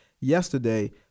yesterday